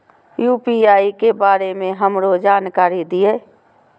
UPI के बारे में हमरो जानकारी दीय?